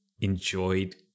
Enjoyed